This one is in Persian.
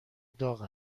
داغ